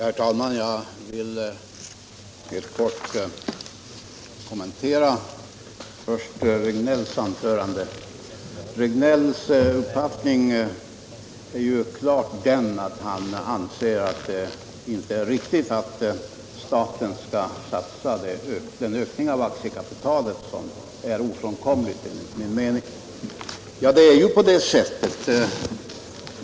Herr talman! Jag vill först helt kort kommentera herr Regnélls anförande. Herr Regnélls uppfattning är ju klart den att det inte är riktigt att staten skall satsa den ökning av aktiekapitalet som enligt min mening är ofrånkomlig.